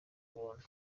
buntu